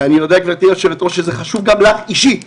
ואני יודע גברתי יושבת הראש שזה חשוב גם לך אישית,